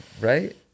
right